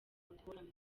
bakuramo